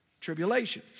tribulation